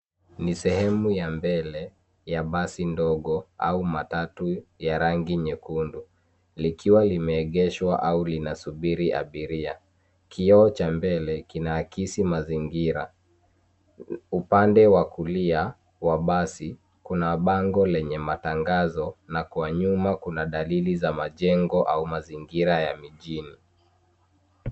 Ni sehemu ya mbele ya basi dogo au matatu ya rangi nyekundu. Limeegeshwa au linasubiri abiria. Kioo cha mbele kinaakisi mazingira. Upande wa kulia wa basi kuna bango lenye matangazo, na kwa nyuma kuna dalili za majengo au mazingira ya mijini.